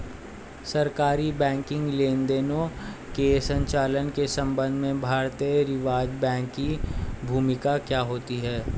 सरकारी बैंकिंग लेनदेनों के संचालन के संबंध में भारतीय रिज़र्व बैंक की भूमिका क्या होती है?